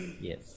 Yes